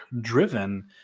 driven